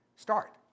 Start